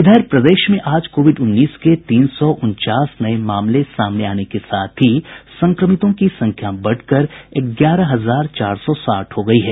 इधर प्रदेश में आज कोविड उन्नीस के तीन सौ उनचास नये मामले सामने आने के साथ ही संक्रमितों की संख्या बढ़कर ग्यारह हजार चार सौ साठ हो गई है